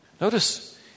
Notice